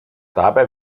dabei